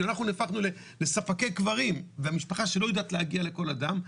אנחנו דפקנו לספקי קברים והמשפחה שלא יודעת להגיע לכל אדם,